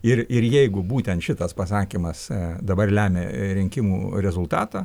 ir ir jeigu būtent šitas pasakymas dabar lemia rinkimų rezultatą